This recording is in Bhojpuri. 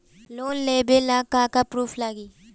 लोन लेबे ला का का पुरुफ लागि?